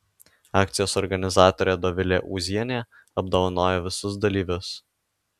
akcijos organizatorė dovilė ūzienė apdovanojo visus dalyvius